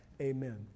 amen